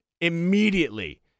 immediately